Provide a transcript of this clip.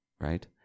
right